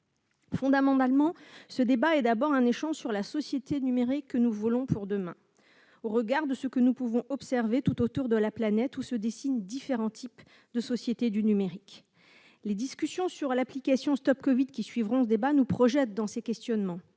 Fondamentalement, ce débat est d'abord un échange sur la société numérique que nous voulons pour demain, au regard de ce que nous pouvons observer tout autour de la planète, où se dessinent différents types de sociétés du numérique. Les discussions sur l'application StopCovid qui suivront ce débat nous amènent à nous interroger